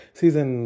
season